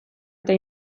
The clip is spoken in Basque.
eta